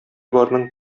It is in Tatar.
барның